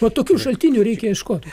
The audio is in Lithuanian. o tokių šaltinių reikia ieškot